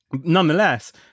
Nonetheless